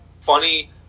funny